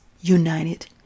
united